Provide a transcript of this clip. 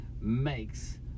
makes